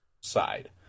side